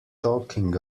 talking